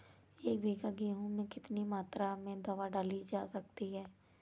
एक बीघा गेहूँ में कितनी मात्रा में दवा डाली जा सकती है?